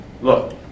Look